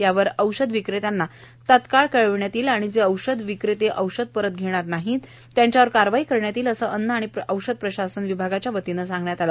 यावर औषध विक्रेत्यांना याबाबत तात्काळ कळविण्यात येईल आणि जे औषध विक्रेते औषध परत घेणार नाहीत त्यांच्यावर कारवाई करण्यात येईल असे अन्न आणि औषध प्रशासन विभागाच्या वतीने सांगण्यात आले